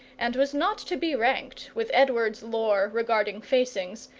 and was not to be ranked with edward's lore regarding facings,